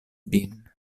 vin